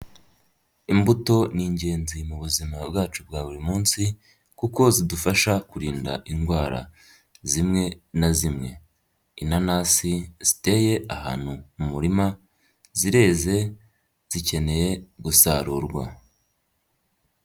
Imbuto ni ingenzi mu buzima bwacu bwa buri munsi, kuko zidufasha kurinda indwara zimwe na zimwe. Inanasi ziteye ahantu mu murima zireze zikeneye gusarurwa.